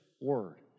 word